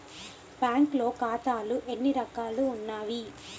బ్యాంక్లో ఖాతాలు ఎన్ని రకాలు ఉన్నావి?